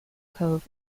cove